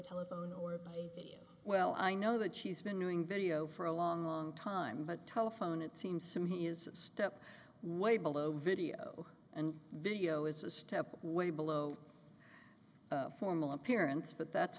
telephone or well i know that she's been doing video for a long long time but telephone it seems to me is step way below video and video is a step way below formal appearance but that's